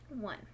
one